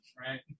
right